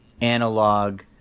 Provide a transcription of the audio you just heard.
analog